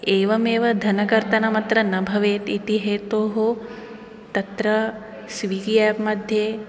एवमेव धनकर्तनं अत्र न भवेदिति हेतोः तत्र स्विगी एप् मध्ये